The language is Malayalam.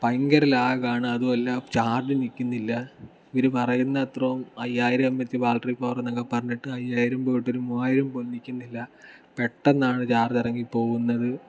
ഭയങ്കര ലാഗ് ആണ് അതുമല്ല ചാർജ് നിൽക്കുന്നില്ല ഇവർ പറയുന്ന അത്രയും അയ്യായിരം എം എച് ബാറ്ററി പവർ എന്നൊക്കെ പറഞ്ഞിട്ട് അയ്യായിരം പോയിട്ട് ഒരു മൂവായിരം പോലും നിൽക്കുന്നില്ല പെട്ടെന്നാണ് ചാർജ് ഇറങ്ങി പോകുന്നത്